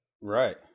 Right